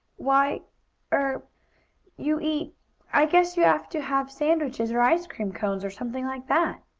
why er you eat i guess you have to have sandwiches, or ice cream cones, or something like that.